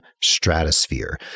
stratosphere